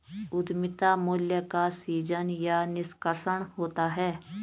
उद्यमिता मूल्य का सीजन या निष्कर्षण होता है